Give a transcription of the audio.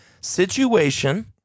situation